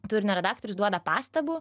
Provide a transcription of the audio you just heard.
turinio redaktorius duoda pastabų